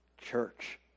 Church